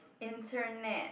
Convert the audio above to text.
internet